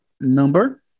number